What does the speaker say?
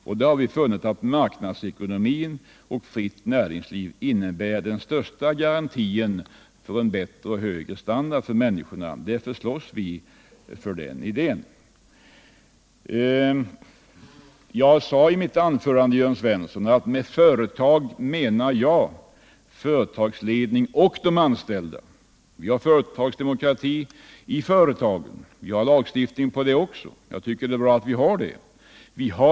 Vi har funnit att marknadsekonomin och ett fritt näringsliv ger den största garantin för en bättre och högre standard för människorna. Därför kämpar vi för den idén. Jag sade i mitt anförande att jag med företag menar företagsledning och de anställda. Vi har en lagstiftning som innebär företagsdemokrati, och det tycker jag är bra.